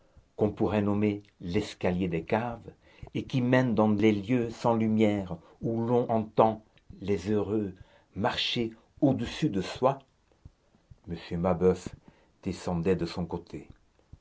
qu'on pourrait nommer l'escalier des caves et qui mènent dans les lieux sans lumière où l'on entend les heureux marcher au-dessus de soi m mabeuf descendait de son côté